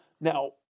now